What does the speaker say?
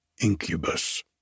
incubus